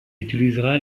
utilisera